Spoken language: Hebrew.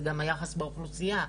זה גם היחס באוכלוסייה.